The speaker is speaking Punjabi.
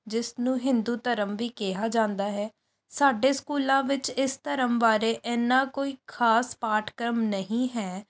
ਜਿਸ ਨੂੰ ਹਿੰਦੂ ਧਰਮ ਵੀ ਕਿਹਾ ਜਾਂਦਾ ਹੈ ਸਾਡੇ ਸਕੂਲਾਂ ਵਿੱਚ ਇਸ ਧਰਮ ਬਾਰੇ ਐਨਾ ਕੋਈ ਖਾਸ ਪਾਠਕ੍ਰਮ ਨਹੀਂ ਹੈ